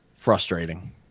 frustrating